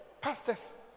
pastors